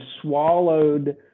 swallowed